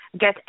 get